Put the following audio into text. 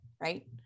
right